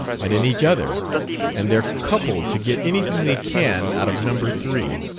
and in each other and they're coupled to get anything they can out of number three.